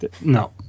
No